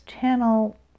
channel